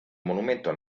monumento